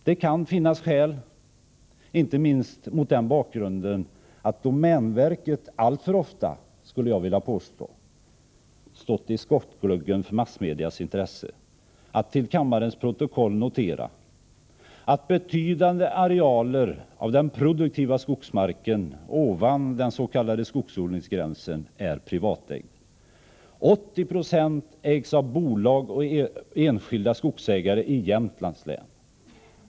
Det kan finnas skäl, inte minst mot den bakgrunden att domänverket alltför ofta, skulle jag vilja påstå, stått i skottgluggen för massmedias intresse, att till kammarens protokoll notera att betydande arealer av den produktiva skogsmarken ovan den s.k. skogsodlingsgränsen är privatägd. 80 90 ägs av bolag och enskilda skogsägare i Jämtlands län.